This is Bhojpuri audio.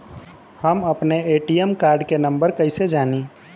हम अपने ए.टी.एम कार्ड के नंबर कइसे जानी?